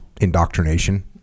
indoctrination